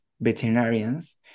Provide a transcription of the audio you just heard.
veterinarians